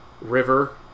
River